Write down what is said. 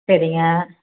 சரிங்க